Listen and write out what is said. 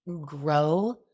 grow